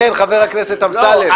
כן, חבר הכנסת אמסלם.